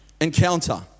Encounter